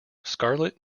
scarlet